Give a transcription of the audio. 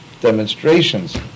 demonstrations